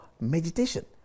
meditation